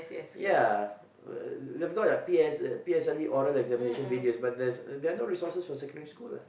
ya they got like P S P_S_L_E oral examinations videos but there's there are not resources for secondary school